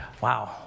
wow